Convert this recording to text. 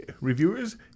reviewers